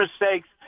mistakes